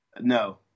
No